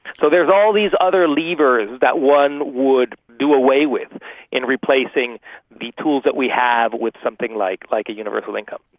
so there's all these other levers that one would do away with in replacing the tools that we have with something like like a universal income,